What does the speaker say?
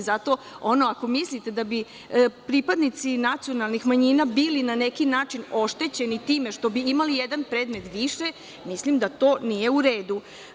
Ako mislite da bi pripadnici nacionalnih manjina bili na neki način oštećeni time što bi imali jedan predmet više, mislim da to nije u redu.